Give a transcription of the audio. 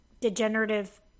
degenerative